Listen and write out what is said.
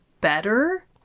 better